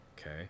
okay